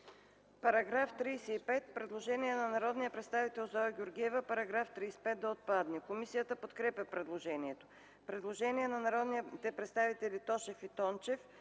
По § 35 има предложение на народния представител Зоя Георгиева – параграф 35 да отпадне. Комисията подкрепя предложението.